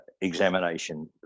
examination